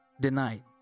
denied